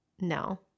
no